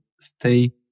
stay